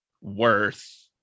worth